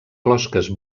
closques